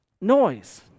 noise